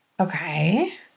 Okay